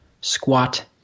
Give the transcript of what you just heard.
squat